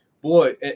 boy